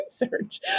research